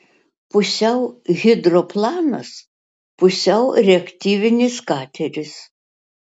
pusiau hidroplanas pusiau reaktyvinis kateris